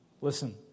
listen